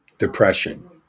Depression